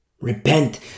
Repent